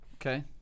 Okay